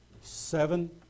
Seven